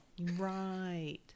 right